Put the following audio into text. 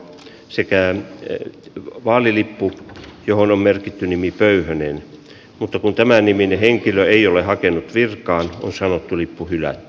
sekään että vaalilippu johon on merkitty nimi pöyhönen on tämänniminen henkilö ei ole hakenut virkaa osalle tuli puhtia